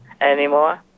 anymore